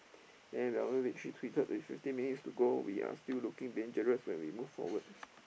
then tweeted we've twenty minutes to go we are still looking dangerous when we move forward